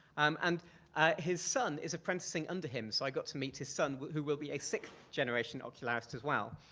um and his son is apprenticing under him. so i got to meet his son, who will be a sixth generation ocularist as well.